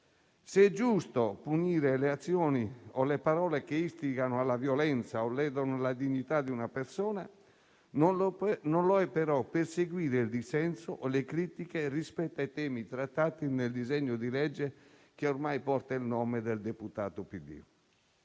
Se è giusto punire le azioni o le parole che istigano alla violenza o ledono la dignità di una persona, non lo è però perseguire il dissenso o le critiche rispetto ai temi trattati nel disegno di legge che ormai porta il nome del deputato del